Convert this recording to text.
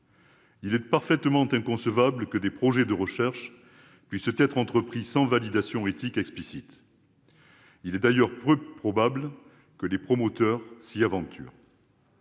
Il est parfaitement inconcevable que des projets de recherche puissent être entrepris sans validation éthique explicite. Il est d'ailleurs peu probable que les promoteurs s'y aventurent.